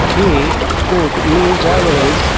हे कोट मी ज्यावेळेस